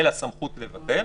אלא סמכות לבטל